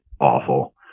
awful